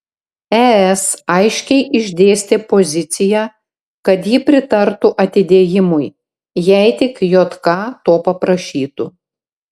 es aiškiai išdėstė poziciją kad ji pritartų atidėjimui jei tik jk to paprašytų